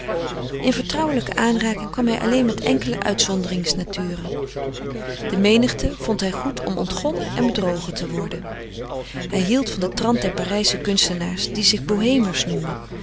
in vertrouwelijke aanraking kwam hij alleen met enkele uitzonderingsnaturen de menigte vond hij goed om ontgonnen en bedrogen te worden hij hield van den trant der parijsche kunstenaars die zich bohemers noemen